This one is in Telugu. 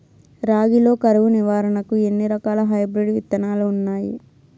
రాగి లో కరువు నివారణకు ఎన్ని రకాల హైబ్రిడ్ విత్తనాలు ఉన్నాయి